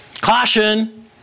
Caution